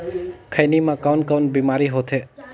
खैनी म कौन कौन बीमारी होथे?